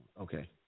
Okay